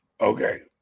Okay